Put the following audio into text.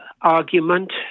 argument